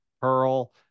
pearl